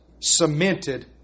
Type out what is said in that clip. cemented